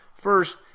first